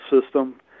system